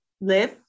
live